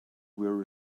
were